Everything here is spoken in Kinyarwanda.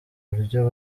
buryo